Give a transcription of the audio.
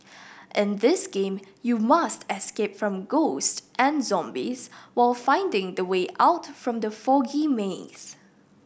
in this game you must escape from ghosts and zombies while finding the way out from the foggy maze